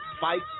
fight